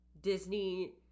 Disney